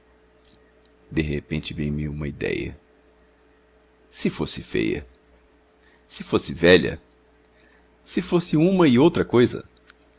de repente veio-me uma idéia se fosse feia se fosse velha se fosse uma e outra coisa